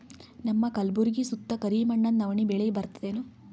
ನಮ್ಮ ಕಲ್ಬುರ್ಗಿ ಸುತ್ತ ಕರಿ ಮಣ್ಣದ ನವಣಿ ಬೇಳಿ ಬರ್ತದೇನು?